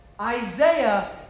Isaiah